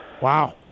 Wow